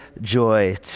joy